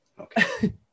Okay